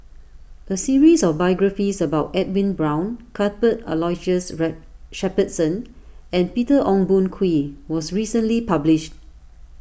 a series of biographies about Edwin Brown Cuthbert Aloysius Shepherdson and Peter Ong Boon Kwee was recently published